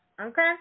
Okay